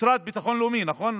המשרד לביטחון לאומי, נכון?